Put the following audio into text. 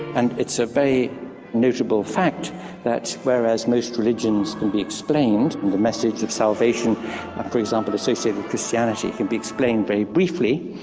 and it's a very notable fact that whereas most religions can be explained and the message of salvation for example associated with christianity can be explained very briefly,